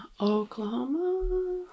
Oklahoma